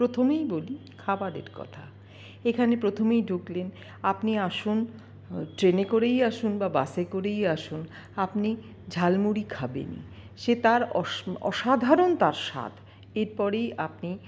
প্রথমেই বলি খাবারের কথা এখানে প্রথমেই ঢুকলেন আপনি আসুন ট্রেনে করেই আসুন বা বাসে করেই আসুন আপনি ঝালমুড়ি খাবেনই সে তার অসাধারণ তার স্বাদ এরপরেই আপনি